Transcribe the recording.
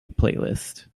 playlist